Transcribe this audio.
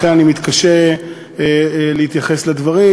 לכן אני מתקשה להתייחס לדברים,